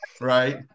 right